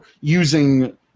using